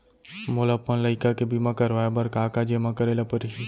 मोला अपन लइका के बीमा करवाए बर का का जेमा करे ल परही?